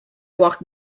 walked